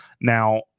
now